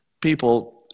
people